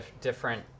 different